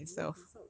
you go consult